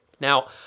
Now